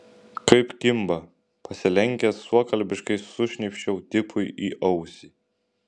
kaip kimba pasilenkęs suokalbiškai sušnypščiau tipui į ausį